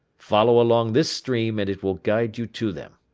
follow along this stream and it will guide you to them.